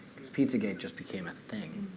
because pizzagate just became a thing.